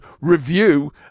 review